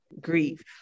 grief